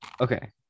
okay